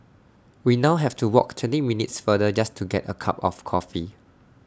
we now have to walk twenty minutes farther just to get A cup of coffee